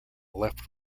left